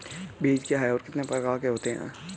बीज क्या है और कितने प्रकार के होते हैं?